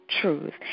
truth